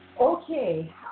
Okay